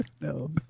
no